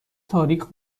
تاریخ